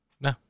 No